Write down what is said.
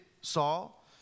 Saul